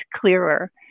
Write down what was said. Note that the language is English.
clearer